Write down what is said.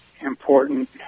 important